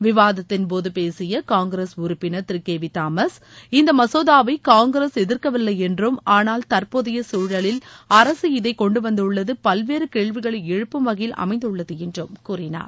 விவாதத்தின்போது பேசிய காங்கிரஸ் உறுப்பினர் திரு கே வி தாமஸ் இந்த மசோதாவை காங்கிரஸ் எதிர்க்கவில்லை என்றும் ஆனால் தற்போதைய சூழலில் அரசு இதை கொண்டுவந்துள்ளது பல்வேறு கேள்விகளை எழுப்பும் வகையில் அமைந்துள்ளது என்றும் கூறினார்